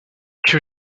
que